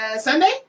Sunday